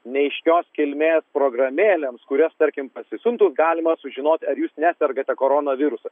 neaiškios kilmės programėlėms kurias tarkim parsisiuntus galima sužinoti ar jūs nesergate korona virusu